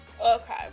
Okay